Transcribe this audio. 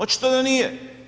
Očito da nije.